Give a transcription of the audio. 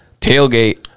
tailgate